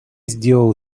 zdjął